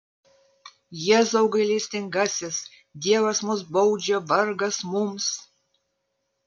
jėzau gailestingasis dievas mus baudžia vargas mums